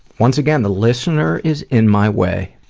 once again, the listener is in my way.